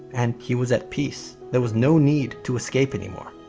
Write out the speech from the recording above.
and he was at peace. there was no need to escape anymore.